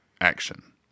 action